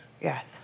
Yes